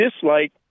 dislike